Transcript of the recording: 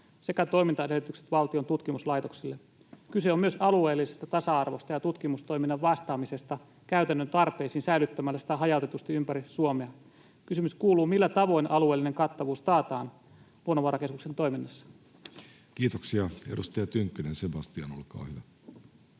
sekä toimintaedellytykset valtion tutkimuslaitoksille. Kyse on myös alueellisesta tasa-arvosta ja tutkimustoiminnan vastaamisesta käytännön tarpeisiin säilyttämällä sitä hajautetusti ympäri Suomea. Kysymys kuuluu: millä tavoin alueellinen kattavuus taataan Luonnonvarakeskuksen toiminnassa? Kiitoksia. — Edustaja Tynkkynen, Sebastian, olkaa hyvä.